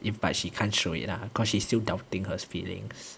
in part she can't show it ah cause she's still doubting her feelings